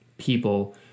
people